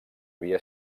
havia